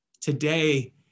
Today